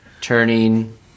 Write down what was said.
Turning